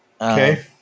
Okay